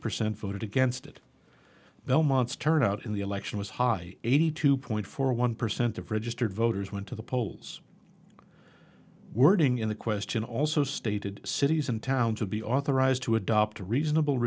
percent voted against it belmont's turnout in the election was high eighty two point four one percent of registered voters went to the polls wording in the question also stated cities and towns would be authorized to adopt a reasonable